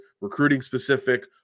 recruiting-specific